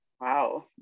wow